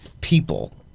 people